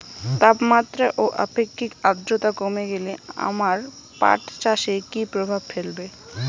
তাপমাত্রা ও আপেক্ষিক আদ্রর্তা কমে গেলে আমার পাট চাষে কী প্রভাব ফেলবে?